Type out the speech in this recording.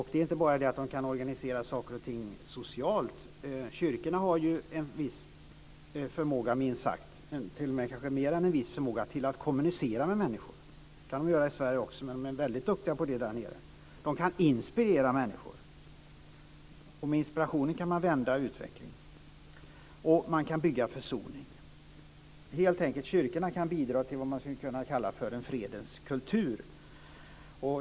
Det är inte bara det att man kan organisera saker och ting socialt. Kyrkorna har ju en viss förmåga minst sagt - kanske t.o.m. mer än en viss förmåga - att kommunicera med människor. Det kan kyrkorna göra i Sverige också, men där är man väldigt duktig på det. Man kan inspirera människor, och med inspiration kan utvecklingen vändas och man kan bygga försoning. Kyrkorna kan helt enkelt bidra till vad vi skulle kunna kalla för en fredens kultur.